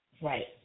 right